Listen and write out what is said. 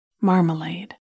Marmalade